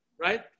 Right